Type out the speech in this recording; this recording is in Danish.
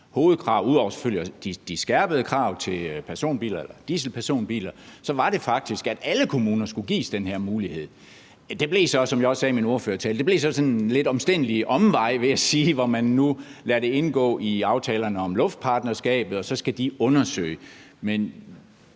hovedkrav. Ud over selvfølgelig de skærpede krav til dieselpersonbiler var det faktisk et af vores krav, at alle kommuner skulle gives den her mulighed. Men det blev så, som jeg også sagde i min ordførertale, til en lidt omstændelig omvej, vil jeg sige, hvor man nu lader det indgå i aftalerne om luftpartnerskabet, og så skal de undersøge